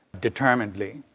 determinedly